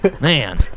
man